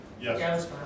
Yes